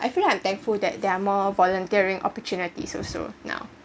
I feel like thankful that there are more volunteering opportunities also now